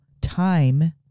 time